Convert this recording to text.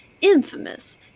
infamous